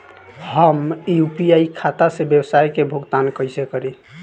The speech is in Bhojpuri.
हम यू.पी.आई खाता से व्यावसाय के भुगतान कइसे करि?